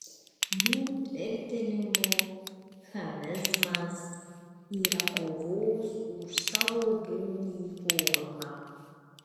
jų tvirtinimu chamizmas yra kovos už savo būvį forma